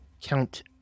Count